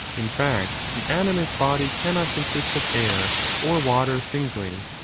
in fact, the animate body cannot consist of air or water singly,